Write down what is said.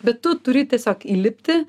bet tu turi tiesiog įlipti